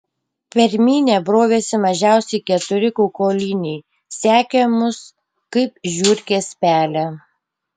per minią brovėsi mažiausiai keturi kaukoliniai sekė mus kaip žiurkės pelę